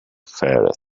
ferret